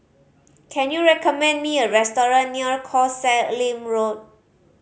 can you recommend me a restaurant near Koh Sek Lim Road